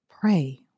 Pray